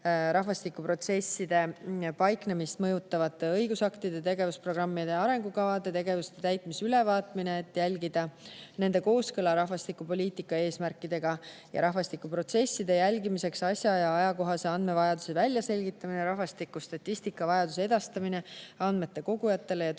rahvastikuprotsesside paiknemist mõjutavate õigusaktide, tegevusprogrammide ja arengukavade tegevuste täitmise ülevaatamine, et jälgida nende kooskõla rahvastikupoliitika eesmärkidega; rahvastikuprotsesside jälgimiseks asja- ja ajakohase andmevajaduse väljaselgitamine ning rahvastikustatistika vajaduse edastamine andmete kogujatele ja töötlejatele.